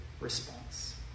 response